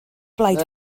blaid